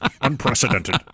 Unprecedented